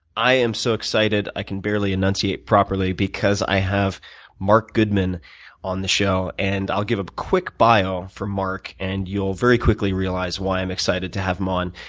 i am so excited. i can barely annunciate properly because i have marc goodman on the show. and i'll give a quick bio for marc, and you'll very quickly realize why i'm excited to have him on.